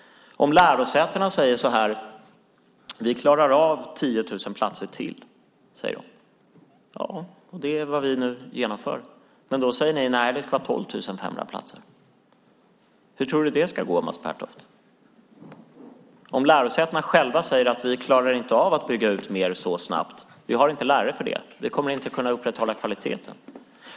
Lärosätena säger: Vi klarar av 10 000 platser till. Det är vad vi nu genomför. Ni säger då: Nej, det ska vara 12 500 platser. Hur tror du det ska gå, Mats Pertoft? Lärosätena själva säger: Vi klarar inte av att bygga ut mer så snabbt. Vi har inte lärare för det. Vi kommer inte att kunna upprätthålla kvaliteten.